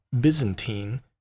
Byzantine